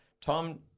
Tom